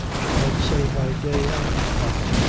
she might say by day and night,